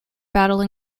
battle